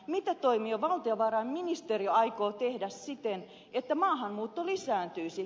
mitä toimia valtiovarainministeriö aikoo tehdä siten että maahanmuutto lisääntyisi